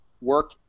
work